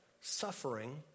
suffering